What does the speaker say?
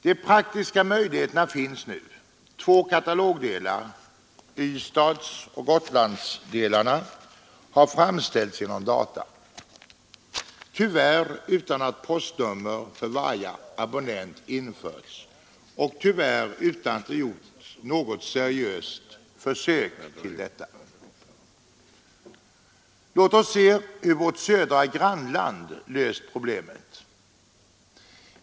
De praktiska möjligheterna finns nu: två katalogdelar — Ystadsoch Gotlandsdelarna — har framställts genom data, tyvärr dock utan att postnummer för varje abonnent har införts och tyvärr utan att det har gjorts något seriöst försök till detta. Låt oss se hur vårt södra grannland har löst problemet.